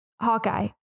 Hawkeye